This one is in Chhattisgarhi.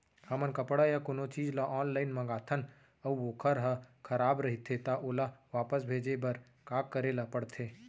हमन कपड़ा या कोनो चीज ल ऑनलाइन मँगाथन अऊ वोकर ह खराब रहिये ता ओला वापस भेजे बर का करे ल पढ़थे?